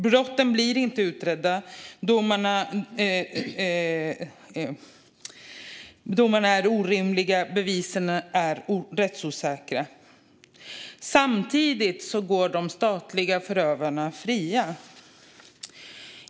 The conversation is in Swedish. Brotten blir inte utredda, domarna är orimliga och bevisen är rättsosäkra. Samtidigt går de statliga förövarna fria.